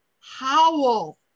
howl